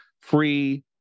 Free